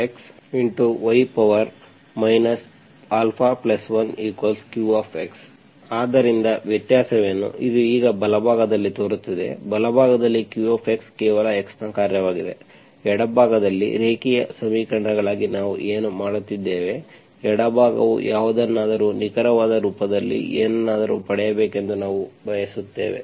y αdydx Px y α1qx ಆದ್ದರಿಂದ ವ್ಯತ್ಯಾಸವೇನು ಇದು ಈಗ ಬಲಭಾಗದಲ್ಲಿ ತೋರುತ್ತಿದೆ ಬಲಭಾಗದಲ್ಲಿ qx ಕೇವಲ x ನ ಕಾರ್ಯವಾಗಿದೆ ಎಡಭಾಗದಲ್ಲಿ ರೇಖೀಯ ಸಮೀಕರಣಕ್ಕಾಗಿ ನಾವು ಏನು ಮಾಡಿದ್ದೇವೆ ಎಡಭಾಗವು ಯಾವುದನ್ನಾದರೂ ನಿಖರವಾದ ರೂಪದಲ್ಲಿ ಏನನ್ನಾದರೂ ಪಡೆಯಬೇಕೆಂದು ನಾವು ಬಯಸುತ್ತೇವೆ